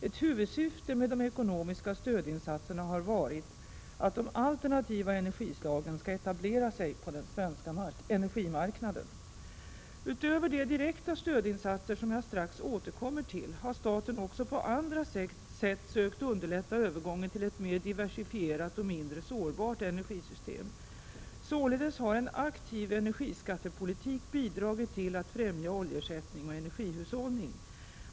Ett huvudsyfte med de ekonomiska stödinsatserna har varit att de alternativa energislagen skall etablera sig på den svenska energimarknaden. Utöver de direkta stödinsatser, som jag strax återkommer till, har staten också på andra sätt sökt underlätta övergången till ett mer diversifierat och mindre sårbart energisystem. Således har en aktiv energiskattepolitik bidragit till att främja oljeersättning och energihushållning.